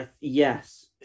yes